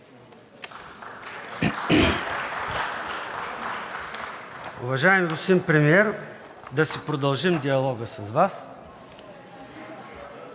Уважаеми господин Премиер, да си продължим диалога с Вас.